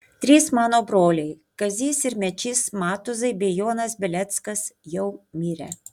trys mano broliai kazys ir mečys matuzai bei jonas beleckas jau mirę